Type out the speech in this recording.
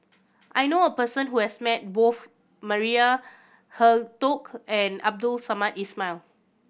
I know a person who has met both Maria Hertogh and Abdul Samad Ismail